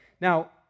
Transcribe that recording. Now